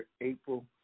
April